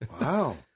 Wow